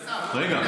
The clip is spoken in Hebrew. אדוני השר,